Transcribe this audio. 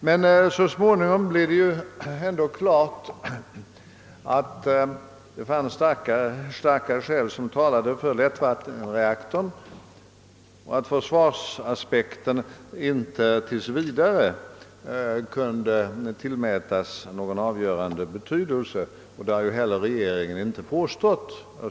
Men så småningom stod det ändå klart att det fanns starka skäl som talade för lättvattenreaktorn och att försvarsaspekten inte tills vidare kunde tillmätas någon avgörande betydelse, och det har ju regeringen inte heller påstått.